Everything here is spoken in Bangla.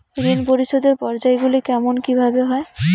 ঋণ পরিশোধের পর্যায়গুলি কেমন কিভাবে হয়?